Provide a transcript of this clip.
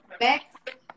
back